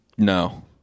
No